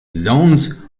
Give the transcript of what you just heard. zones